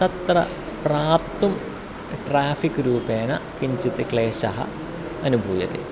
तत्र प्राप्तुं ट्राफ़िक् रूपेण किञ्चित् क्लेशः अनुभूयते